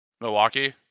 Milwaukee